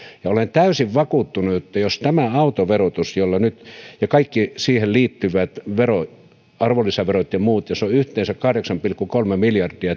olen täysin vakuuttunut että jos tämä autoverotus ja kaikki siihen liittyvät verot arvonlisäverot ja muut ne ovat yhteensä kahdeksan pilkku kolme miljardia